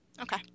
Okay